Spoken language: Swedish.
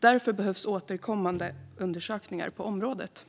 Därför behövs återkommande undersökningar på området.